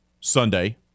Sunday